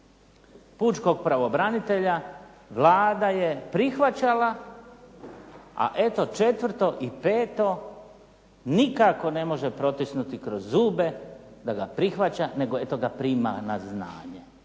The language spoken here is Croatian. pučkog pravobranitelja Vlada je prihvaćala a eto četvrto i peto nikako ne može protisnuti kroz zube da ga prihvaća nego eto ga prima na znanje